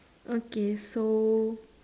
okay so